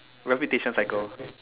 reputation cycle